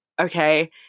okay